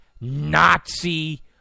Nazi